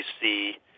see